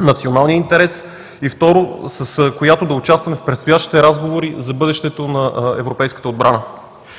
националния интерес, и, второ, с която да участваме в предстоящите разговори за бъдещето на европейската отбрана.